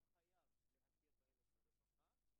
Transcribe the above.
האוטיזם במגזר הערבי ובניית תכנית עבודה.